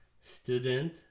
student